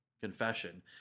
confession